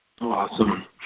awesome